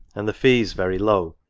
and the fees very low,